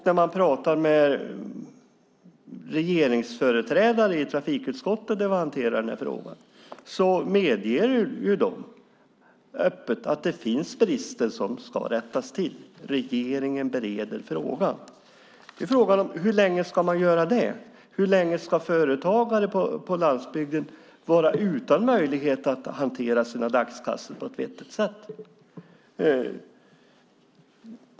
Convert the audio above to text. När man pratar med regeringsföreträdare i trafikutskottet, där vi hanterar den här frågan, medger de öppet att det finns brister som ska rättas till. Regeringen bereder frågan. Frågan är: Hur länge ska man göra det? Hur länge ska företagare på landsbygden vara utan möjlighet att hantera sina dagskassor på ett vettigt sätt?